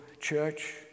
church